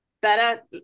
Better